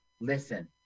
Listen